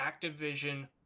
Activision